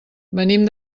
venim